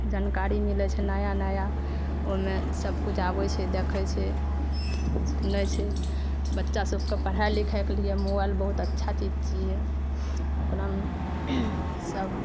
जानकारी मिलै छै नया नया ओहिमे सब किछु आबै छै देखै छै सुनै छै बच्चा सबके पढ़ाइ लिखाइके लिए मोबाइल बहुत अच्छा चीज छियै ओकरामे सब